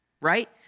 right